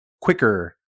quicker